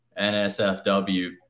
NSFW